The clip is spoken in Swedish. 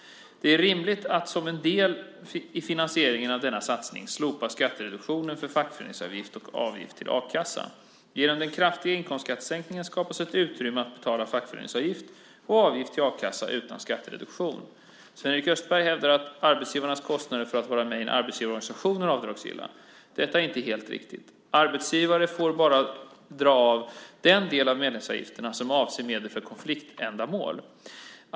Det är rimligt att som en del i finansieringen av denna satsning slopa skattereduktionen för fackföreningsavgift och avgift till a-kassa. Genom den kraftiga inkomstskattesänkningen skapas utrymme att betala fackföreningsavgift och avgift till a-kassa utan skattereduktion. Sven-Erik Österberg hävdar att arbetsgivarnas kostnader för att vara med i en arbetsgivarorganisation är avdragsgilla. Detta är inte helt riktigt. Arbetsgivare får bara dra av den del av medlemsavgiften som avser medel för konfliktändamål.